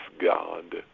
God